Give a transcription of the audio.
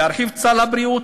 להרחיב את סל הבריאות,